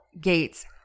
Gates